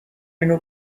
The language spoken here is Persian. اینو